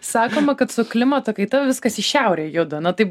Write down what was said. sakoma kad su klimato kaita viskas į šiaurę juda na taip